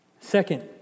Second